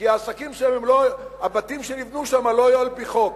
כי העסקים שם, הבתים שנבנו שם, לא היו על-פי חוק.